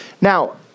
Now